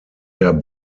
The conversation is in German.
der